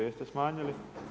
Jeste smanjili?